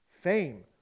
fame